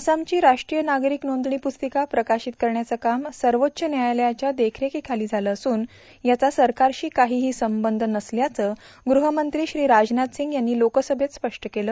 आसामची राष्ट्रीय नागरिक नोंदणी प्रस्तिका प्रकाशित करण्याचं काम सर्वोच्च न्यायालयाच्या देखरेखीखाली झालं असून याचा सरकारशी काहीही संबंध नसल्याचं ग्रहमंत्री श्री राजनाथ सिंग यांनी लोकसभेत स्पष्ट केलं